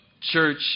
church